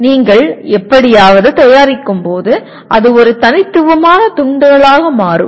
நீங்கள் எப்படியாவது தயாரிக்கும்போது அது ஒரு தனித்துவமான துண்டுகளாக மாறும்